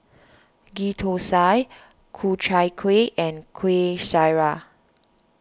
Ghee Thosai Ku Chai Kueh and Kueh Syara